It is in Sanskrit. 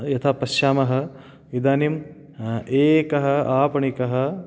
यथा पश्यामः इदानीम् एकः आपणिकः